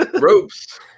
Ropes